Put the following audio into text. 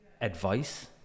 advice